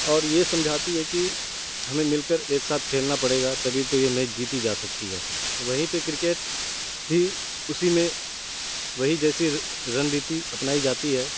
اور یہ سمجھاتی ہے کہ ہمیں مل کر ایک ساتھ کھیلنا پڑے گا تبھی تو یہ میچ جیتی جا سکتی ہے وہیں پہ کرکٹ بھی اسی میں وہی جیسی رنگ ریتی اپنائی جاتی ہے